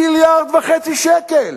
1.5 מיליארד שקל.